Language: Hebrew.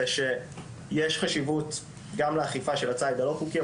שיש חשיבות גם לאכיפה של הציד הלא חוקי,